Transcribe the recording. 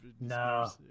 No